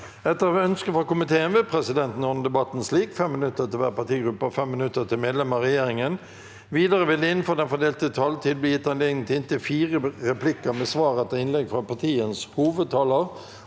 forskningskomiteen vil presidenten ordne debatten slik: 5 minutter til hver partigruppe og 5 minutter til medlemmer av regjeringen. Videre vil det – innenfor den fordelte taletiden – bli gitt anledning til inntil fire replikker med svar etter innlegg fra partienes hovedtalere